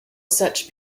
such